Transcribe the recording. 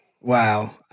Wow